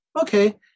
Okay